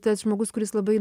tas žmogus kuris labai